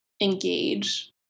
engage